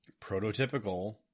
prototypical